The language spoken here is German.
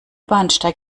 bahnsteig